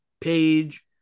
page